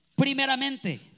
primeramente